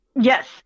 Yes